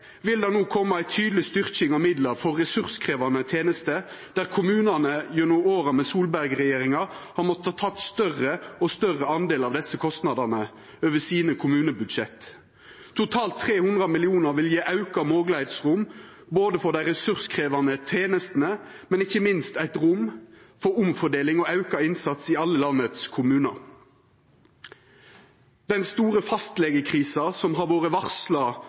vil det no koma ei tydeleg styrking av midlar for ressurskrevjande tenester, der kommunane gjennom åra med Solberg-regjeringa har måtta ta ein større og større del av desse kostnadene over kommunebudsjetta sine. Totalt 300 mill. kr vil gje auka moglegheitsrom for dei ressurskrevjande tenestene, men ikkje minst eit rom for omfordeling og auka innsats i alle kommunane i landet. Den store fastlegekrisa som har vore varsla